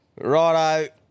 Righto